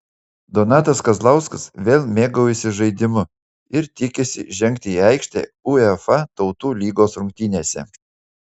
donatas kazlauskas vėl mėgaujasi žaidimu ir tikisi žengti į aikštę uefa tautų lygos rungtynėse